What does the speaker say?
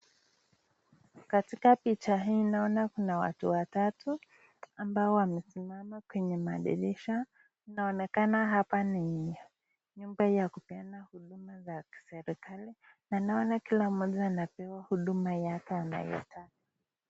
Katika picha hii naona kuna watu watatu ambao wamesimama kwenye madirisha. Inaonekana hapa ni nyumba ya kupeana huduma za kiserikali na naona kila mmoja anapewa huduma yake anayoitaka.